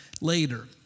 later